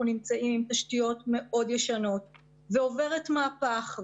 נמצאים עם תשתיות מאוד ישנות וזאת עיר שעוברת מהפך.